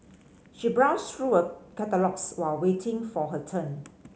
she browsed through a catalogues while waiting for her turn